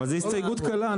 אבל זו הסתייגות קלה.